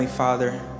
Father